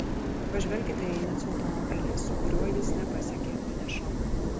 pažvelkite į nico automobilį su kuriuo jis nepasiekė finišo